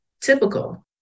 Typical